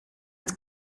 het